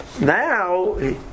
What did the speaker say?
now